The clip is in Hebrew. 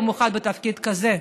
במיוחד בתפקיד כזה.